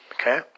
okay